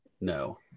no